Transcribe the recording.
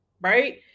right